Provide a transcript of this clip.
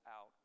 out